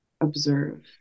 observe